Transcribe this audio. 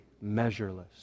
measureless